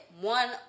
one